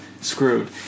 screwed